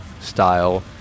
style